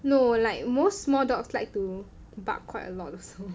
no like most small dogs like to bark quite a lot also